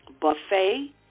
buffet